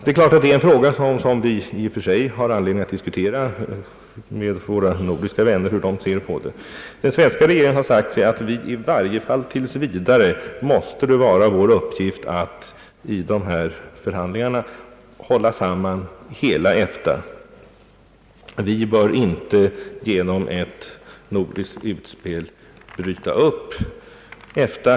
Det är klart att vi har anledning att med våra nordiska vänner diskutera hur de ser på den frågan. Svenska regeringen har dock sagt sig att det i varje fall tills vidare måste vara vår uppgift att i de här förhandlingarna hålla samman hela EFTA; vi bör inte genom ett nordiskt utspel bryta upp EFTA.